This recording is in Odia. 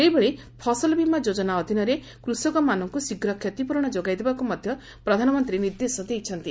ସେହିଭଳି ଫସଲ ବୀମା ଯୋଜନା ଅଧୀନରେ କୃଷକମାନଙ୍କୁ ଶୀଘ୍ର କ୍ଷତିପ୍ରରଣ ଯୋଗାଇ ଦେବାକୁ ମଧ୍ୟ ପ୍ରଧାନମନ୍ତ୍ରୀ ନିର୍ଦ୍ଦେଶ ଦେଇଛନ୍ତି